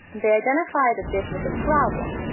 they identify that this was a problem,